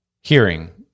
hearing